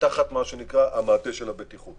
תחת מעטה הבטיחות.